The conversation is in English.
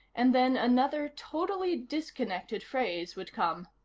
and then another, totally disconnected phrase would come.